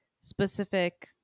specific